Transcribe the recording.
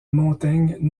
montaigne